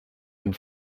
and